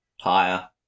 Higher